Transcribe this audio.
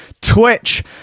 twitch